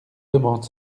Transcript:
demandent